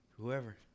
whoever